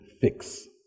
fix